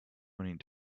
running